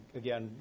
again